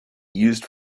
used